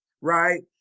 right